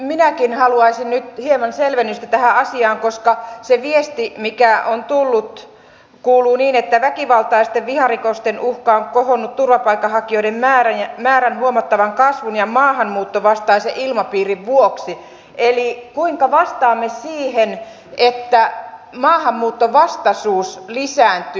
minäkin haluaisin nyt hieman selvennystä tähän asiaan koska se viesti mikä on tullut kuuluu niin että väkivaltaisten viharikosten uhka on kohonnut turvapaikanhakijoiden määrän huomattavan kasvun ja maahanmuuttovastaisen ilmapiirin vuoksi eli kuinka vastaamme siihen että maahanmuuttovastaisuus lisääntyy